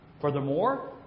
Furthermore